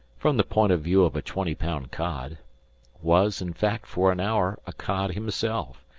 from the point of view of a twenty-pound cod was, in fact, for an hour a cod himself,